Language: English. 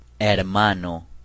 hermano